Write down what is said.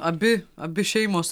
abi abi šeimos